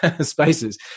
spaces